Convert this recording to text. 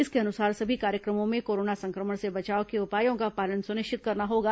इसके अनुसार सभी कार्यक्रमों में कोरोना संक्रमण से बचाव के उपायों का पालन सुनिश्चित करना होगा